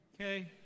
okay